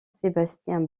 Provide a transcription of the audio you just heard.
sébastien